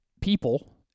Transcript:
people